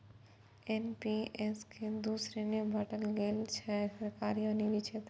NPS कें दू श्रेणी मे बांटल गेल छै, सरकारी आ निजी क्षेत्र